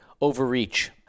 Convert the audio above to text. overreach